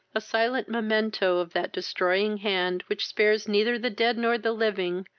a silent memento of that destroying hand which spares neither the dead nor the living,